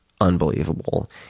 unbelievable